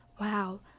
Wow